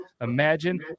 imagine